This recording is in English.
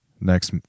next